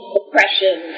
oppression